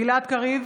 גלעד קריב,